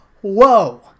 Whoa